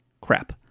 crap